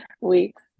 weeks